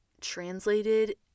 translated